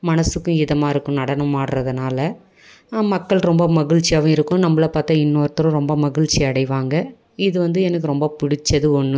மனசுக்கும் இதமாக இருக்கும் நடனம் ஆடுகிறதுனால மக்கள் ரொம்ப மகிழ்ச்சியாகவும் இருக்கும் நம்மள பார்த்தா இன்னொருத்தரும் ரொம்ப மகிழ்ச்சி அடைவாங்கள் இது வந்து எனக்கு ரொம்ப பிடிச்சது ஒன்று